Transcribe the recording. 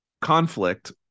conflict